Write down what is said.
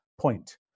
point